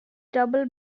double